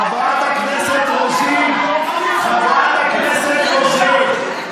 חברת הכנסת רוזין, חברת הכנסת רוזין.